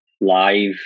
live